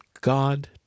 God